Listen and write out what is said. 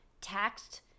taxed